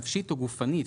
נפשית או גופנית,